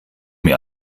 mir